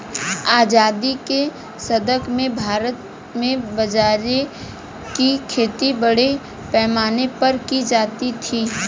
आजादी के दशक में भारत में बाजरे की खेती बड़े पैमाने पर की जाती थी